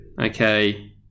okay